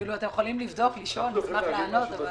אתם יכולים לבדוק, לשאול, נשמח לענות.